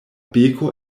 beko